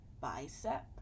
bicep